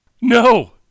No